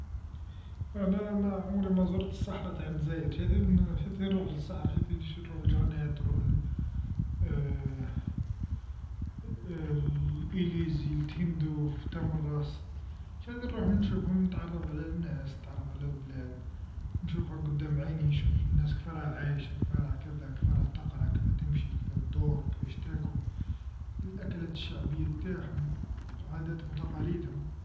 انا ما عمري ما زرت الصحراء تاع الدزاير شاتين شاتين نرحو لصحرا شاتين نرح لجنات نروح لإليزي لتندوف تامراست، شاتي نروح نشوفهم نتعرف على الناس نتعرف على البلاد نشوفها قدام عيني نشوف الناس كفاه راه عايشة كفاه راه كذا كفاه راه تقرا كفاه راه تمشي كفاه دور كفاش تاكل، الاكلات الشعبية تاعهم وعادات وتقاليدهم.